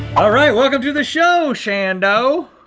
alright welcome to the show shando!